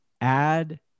add